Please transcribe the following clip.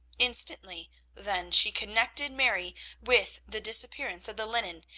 instantly then she connected mary with the disappearance of the linen,